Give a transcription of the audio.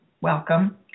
Welcome